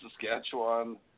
Saskatchewan